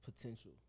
potential